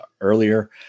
earlier